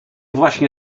właśnie